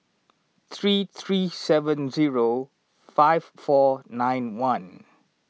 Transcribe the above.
three three seven zero five four nine one